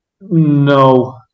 no